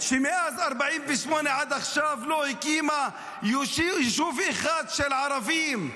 שמאז 48' עד עכשיו לא הקימה יישוב אחד של ערבים,